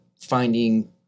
finding